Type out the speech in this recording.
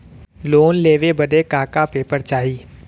Loan लेवे बदे का का पेपर चाही?